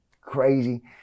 crazy